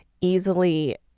easily